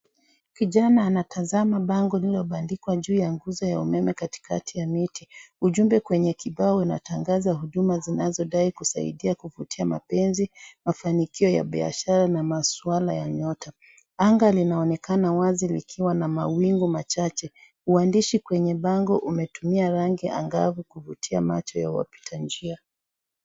Kijana anatazama bango lililobandikwa juu ya nguzo ya umeme katikati ya miti. Ujumbe kwenye kibao inatangaza huduma zinazodai kusaidia kuvutia mapenzi, mafanikio ya biashara na masuala ya nyota. Anga linaonekana wazi likiwa na mawingu machache. Uandishi kwenye bango umetumia rangi angavu kuvutia macho ya wapita njia.